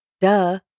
duh